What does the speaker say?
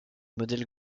modèle